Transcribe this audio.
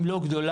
אם לא גדולה,